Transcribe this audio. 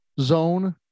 zone